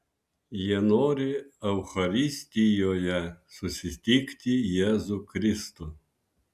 jie nori eucharistijoje susitikti jėzų kristų